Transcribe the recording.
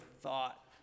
thought